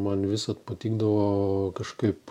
man visad patikdavo kažkaip